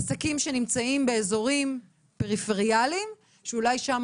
עסקים שנמצאים באזורים פריפריאליים שאולי שם